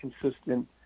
consistent